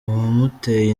wamuteye